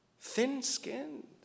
thin-skinned